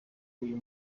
uyu